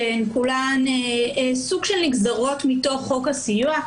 שהן כולם סוג של נגזרות מתוך חוק הסיוע.